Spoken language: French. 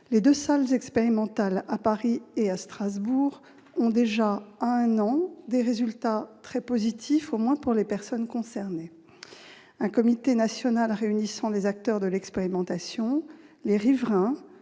Les deux salles expérimentales, à Paris et à Strasbourg, ont déjà produit, en un an, des résultats très positifs, à tout le moins pour les personnes concernées. Un comité national réunissant les acteurs de l'expérimentation, les riverains,